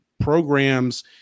programs